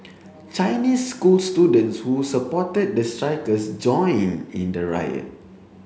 Chinese school students who supported the strikers joined in the riot